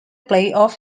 playoffs